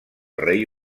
rei